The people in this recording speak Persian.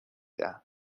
دهم